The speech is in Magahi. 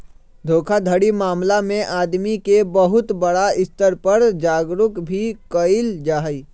धोखाधड़ी मामला में आदमी के बहुत बड़ा स्तर पर जागरूक भी कइल जाहई